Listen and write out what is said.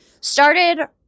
started